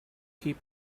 keep